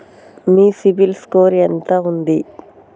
మీ CIBIL score ఎంత ఉంది?